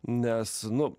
nes nu